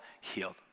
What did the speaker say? healed